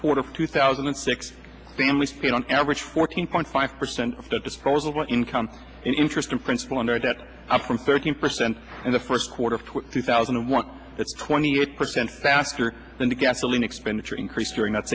quarter of two thousand and six families paid on average fourteen point five percent of their disposable income in interest and principal under debt up from thirteen percent in the first quarter of two thousand and one that's twenty eight percent faster than the gasoline expenditure increase during that